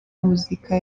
muzika